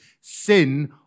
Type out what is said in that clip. sin